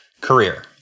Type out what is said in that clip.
career